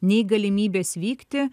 nei galimybės vykti